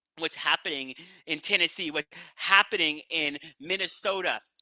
what's happening in tennessee, what's happening in minnesota,